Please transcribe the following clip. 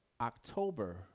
October